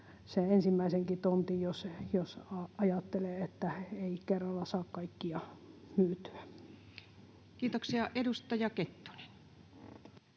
ensimmäisenkin tontin, jos ajattelee, että ei kerralla saa kaikkia myytyä. [Speech 163] Speaker: